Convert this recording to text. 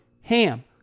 HAM